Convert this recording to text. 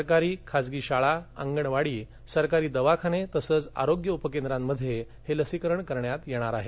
सरकारी खासगी शाळा अंगणवाडी सरकारी दवाखाने तसंच आरोग्य उपकेंद्रांमध्ये हे लसीकरण करण्यात येणार आहे